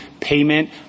payment